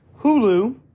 Hulu